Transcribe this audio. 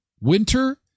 Winter